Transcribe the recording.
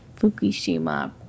Fukushima